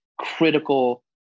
critical